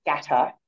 scatter